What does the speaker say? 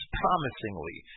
promisingly